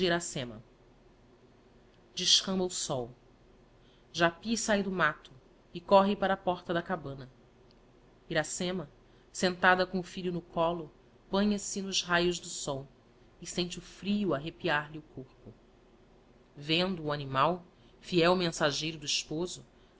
iracema descamba e sol japy sahe do raatto e corre para a porta da cabana iracema sentada com o filho no couo banha se dos raios do sol e sente o frio arripiar lhe o corpo digiti zedby google vendo o animal fiel mensageiro do esposo